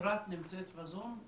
אפרת נמצאת בזום?